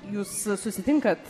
jūs susitinkat